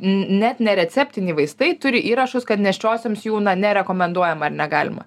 net nereceptiniai vaistai turi įrašus kad nėščiosioms jų nerekomenduojama ar negalima